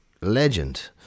Legend